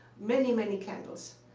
many, many candles.